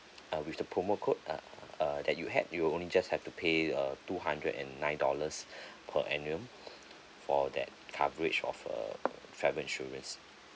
uh with the promo code uh uh that you had you only just have to pay uh two hundred and nine dollars per annum for that coverage of err travel insurance